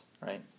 right